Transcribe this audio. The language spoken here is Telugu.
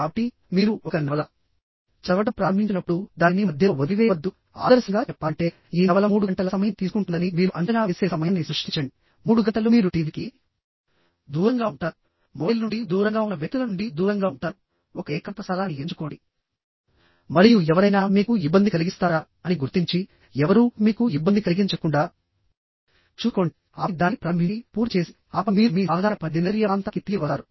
కాబట్టిమీరు ఒక నవల చదవడం ప్రారంభించినప్పుడు దానిని మధ్యలో వదిలివేయవద్దుఆదర్శంగా చెప్పాలంటేఈ నవల 3 గంటల సమయం తీసుకుంటుందని తీసుకుంటుందని మీరు అంచనా వేసే సమయాన్ని సృష్టించండి 3 గంటలు మీరు టీవీకి దూరంగా ఉంటారు మొబైల్ నుండి దూరంగా ఉన్న వ్యక్తుల నుండి దూరంగా ఉంటారు ఒక ఏకాంత స్థలాన్ని ఎంచుకోండి మరియు ఎవరైనా మీకు ఇబ్బంది కలిగిస్తారా అని గుర్తించి ఎవరూ మీకు ఇబ్బంది కలిగించకుండా చూసుకోండి ఆపై దానిని ప్రారంభించి పూర్తి చేసి ఆపై మీరు మీ సాధారణ పని దినచర్య ప్రాంతానికి తిరిగి వస్తారు